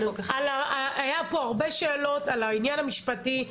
היו פה הרבה שאלות על העניין המשפטי,